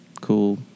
cool